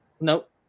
Nope